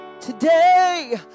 Today